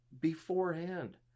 beforehand